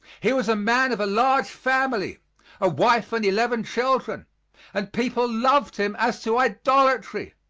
he was a man of a large family a wife and eleven children and people loved him as to idolatry.